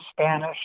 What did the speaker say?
Spanish